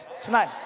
tonight